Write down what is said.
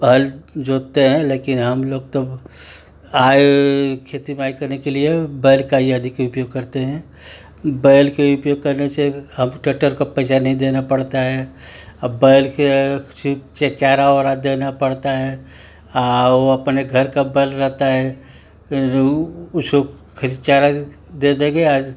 हल जोतते हैं लेकिन हम लोग तो आए खेती बाड़ी करने के लिए बैल का ही अधिक उपयोग करते हैं बैल के उपयोग करने से अब टेक्टर का पैसा नहीं देना पड़ता है अब बैल के सिफ चारा ओरा देना पड़ता है ओ अपने घर का बैल रहता है उसको खाली चारा दे देंगे आज